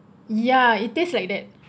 ya it taste like that